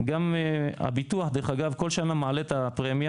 דרך אגב, גם הביטוח כל שנה מעלה את הפרמיה